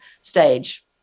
stage